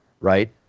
right